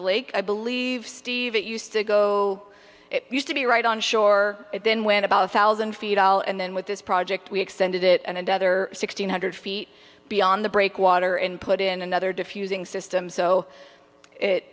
the lake i believe steve it used to go used to be right on shore then went about a thousand feet all and then with this project we extended it and another sixteen hundred feet beyond the breakwater and put in another diffusing system so it